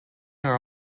are